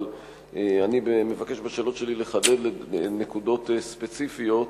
אבל אני מבקש בשאלות שלי לחדד נקודות ספציפיות